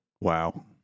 Wow